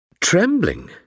trembling